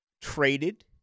traded